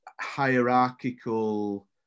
hierarchical